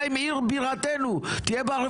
-- תן לי את מה שמגיע לי ואל תוריד לי.